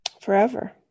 forever